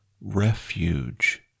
refuge